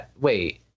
Wait